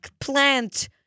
plant